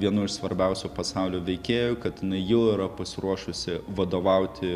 vienu iš svarbiausių pasaulio veikėjų kad inai jau yra pasiruošusi vadovauti